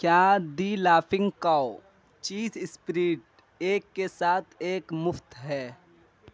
کیا the laughing cow cheese spread ایک کے ساتھ ایک مفت ہے